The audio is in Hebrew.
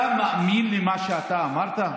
אתה מאמין למה שאתה אמרת?